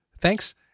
Thanks